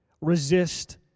Resist